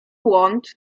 błąd